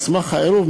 על סמך העירוב,